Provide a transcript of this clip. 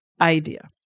idea